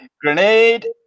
grenade